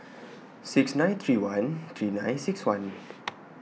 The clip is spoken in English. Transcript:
six nine three one three nine six one